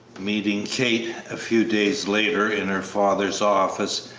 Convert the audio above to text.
meeting kate a few days later in her father's office,